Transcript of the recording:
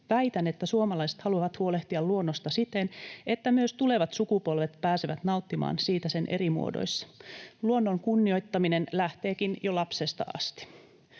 Väitän, että suomalaiset haluavat huolehtia luonnosta siten, että myös tulevat sukupolvet pääsevät nauttimaan siitä sen eri muodoissa. Luonnon kunnioittaminen lähteekin jo lapsesta asti.